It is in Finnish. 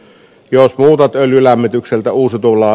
jos muutat öljylämmityksen ja uusitulla